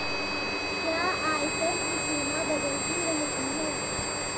क्या आयकर की सीमा बदलती रहती है?